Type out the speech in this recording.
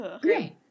Great